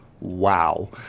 Wow